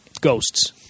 ghosts